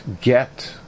get